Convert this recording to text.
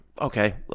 Okay